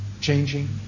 changing